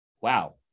wow